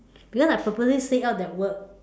because I purposely say out that word